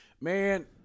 Man